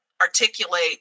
articulate